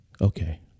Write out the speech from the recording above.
okay